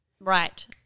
Right